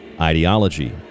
ideology